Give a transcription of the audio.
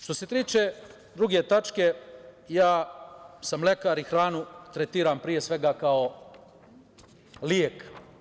Što se tiče druge tačke, ja sam lekar i hranu tretiram pre svega kao lek.